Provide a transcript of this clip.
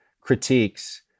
critiques